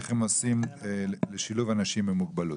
מה הם עושים למען שילוב אנשים עם מוגבלות.